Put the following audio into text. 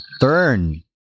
turn